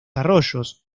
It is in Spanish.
arroyos